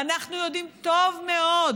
ואנחנו יודעים טוב מאוד